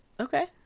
okay